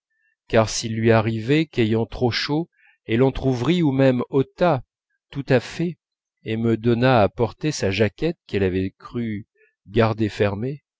car s'il lui arrivait qu'ayant trop chaud elle entr'ouvrît ou même ôtât tout à fait et me donnât à porter sa jaquette qu'elle avait cru garder fermée